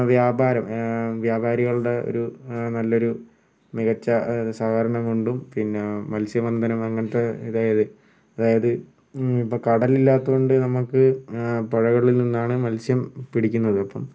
വ്യാപാരം വ്യാപാരികളുടെ ഒരു നല്ലൊരു മികച്ച സഹകരണം കൊണ്ടും പിന്നെ മത്സ്യബന്ധനം അങ്ങനത്തെ ഇതായത് അതായത് ഇപ്പോൾ കടലില്ലാത്തതുകൊണ്ട് നമുക്ക് പുഴകളിൽ നിന്നാണ് മത്സ്യം പിടിക്കുന്നത് അപ്പം